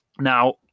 Now